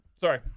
Sorry